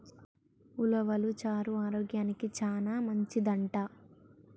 ఉలవలు చారు ఆరోగ్యానికి చానా మంచిదంట